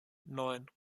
neun